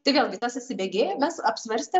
tai vėlgi tas įsibėgėja mes apsvarstėm